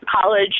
college